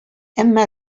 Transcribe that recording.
әмма